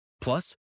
Plus